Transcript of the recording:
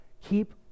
keep